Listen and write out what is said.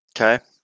Okay